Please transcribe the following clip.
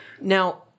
now